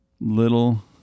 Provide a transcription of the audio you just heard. little